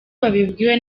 babibwiwe